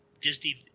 Disney